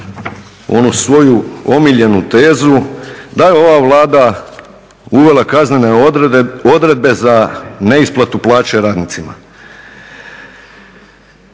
onu svoju omiljenu tezu da je ova Vlada uvela kaznene odredbe za neisplatu plaće radnicima.